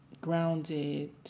grounded